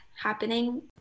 happening